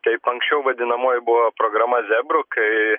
taip anksčiau vadinamoji buvo programa zebrų kai